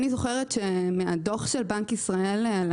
אני זוכרת שבדוח של בנק ישראל על